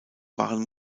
waren